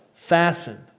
Fastened